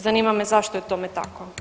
Zanima me zašto je tome tako?